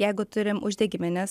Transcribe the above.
jeigu turim uždegimines